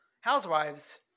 Housewives